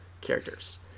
Characters